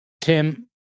Tim